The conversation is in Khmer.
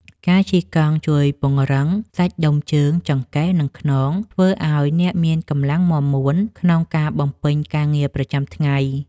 ការជិះកង់ជួយពង្រឹងសាច់ដុំជើង ចង្កេះ និងខ្នង ធ្វើឱ្យអ្នកមានកម្លាំងមាំមួនក្នុងការបំពេញការងារប្រចាំថ្ងៃ។